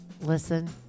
Listen